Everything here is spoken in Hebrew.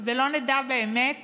ולא נדע באמת